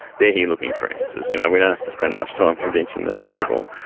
they are here looking for answers, you know we don't have to spend much time convincing these people.